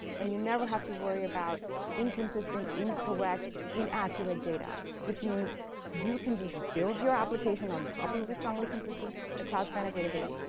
and you never have to worry about inconsistent, incorrect, inaccurate data, which means you can just build your application on top of your strongly consistent cloud spanner database.